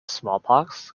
smallpox